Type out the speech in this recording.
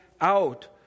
out